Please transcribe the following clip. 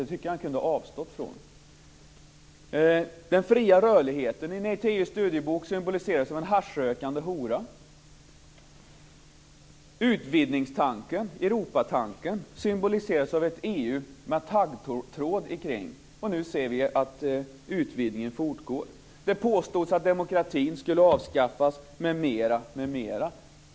Det tycker jag att han kunde ha avstått från. Den fria rörligheten symboliseras av en haschrökande hora. Utvidgningstanken, Europatanken, symboliseras av ett EU med taggtråd kring. Och nu ser vi att utvidgningen fortgår. Det påstås att demokratin skulle avskaffas, m.m.